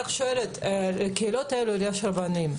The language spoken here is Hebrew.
לקהילות האלה יש רבנים.